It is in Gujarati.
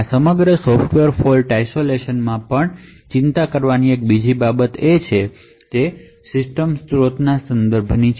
આ સમગ્ર સોફ્ટવેર ફોલ્ટ આઇસોલેશન માં ચિંતા કરવાની એક બીજી બાબત સિસ્ટમ સ્રોતોના સંદર્ભમાં છે